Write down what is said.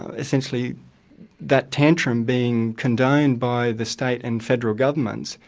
essentially that tantrum being condoned by the state and federal governments,